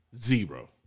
Zero